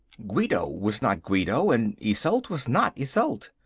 guido was not guido, and isolde was not isolde.